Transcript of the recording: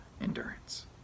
endurance